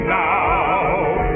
now